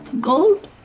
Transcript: Gold